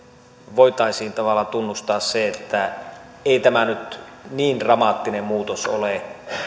voitaisiin tavallaan tunnustaa se että ei tämä nyt niin dramaattinen muutos ole